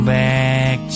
back